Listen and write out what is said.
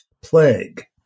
plague